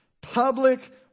Public